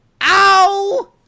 Ow